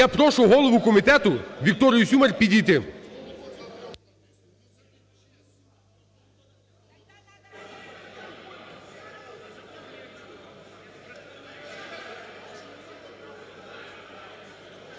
Я прошу голову комітету Вікторію Сюмар підійти.